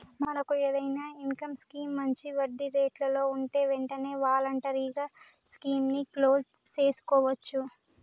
మనకు ఏదైనా income scheme మంచి వడ్డీ రేట్లలో ఉంటే వెంటనే వాలంటరీగా స్కీమ్ ని క్లోజ్ సేసుకోవచ్చు